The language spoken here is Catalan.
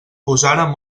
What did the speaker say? posàrem